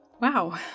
Wow